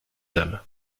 tam